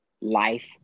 life